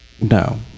No